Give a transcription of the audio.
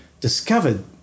discovered